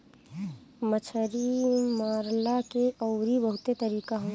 मछरी मारला के अउरी बहुते तरीका हवे